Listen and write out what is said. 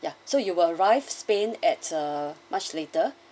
ya so you will arrive spain at uh much later